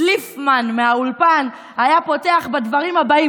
דליפמן מהאולפן היה פותח בדברים הבאים,